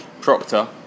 Proctor